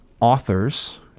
authors